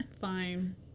Fine